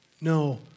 No